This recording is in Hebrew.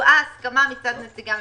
הובעה הסכמה מצד נציגי הממשלה.